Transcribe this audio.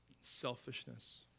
selfishness